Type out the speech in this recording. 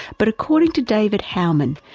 but according to david howman,